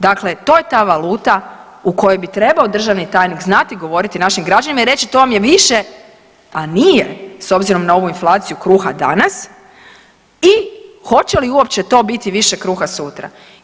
Dakle, to je ta valuta u kojoj bi trebao državni tajnik znati govoriti našim građanima i reći to vam je više, a nije s obzirom na ovu inflaciju kruha danas i hoće li uopće to biti više kruha sutra.